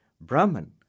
Brahman